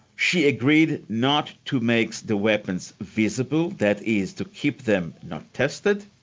she agreed not to make the weapons visible, that is to keep them not tested,